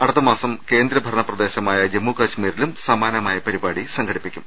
അടുത്ത മാസം കേന്ദ്രഭരണ പ്രദേശമായ ജമ്മു കശ്മീരിലും സമാനമായ പരിപാടി സംഘടിപ്പിക്കും